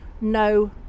no